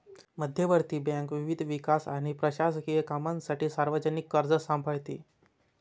मध्यवर्ती बँक विविध विकास आणि प्रशासकीय कामांसाठी सार्वजनिक कर्ज सांभाळते